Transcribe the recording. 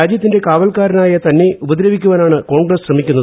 രാജൃത്തിന്റെ കാവൽക്കാരനായ തന്നെ ഉപദ്രവിക്കുവാനാണ് കോൺഗ്രസ്സ് ശ്രമിക്കുന്നത്